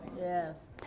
Yes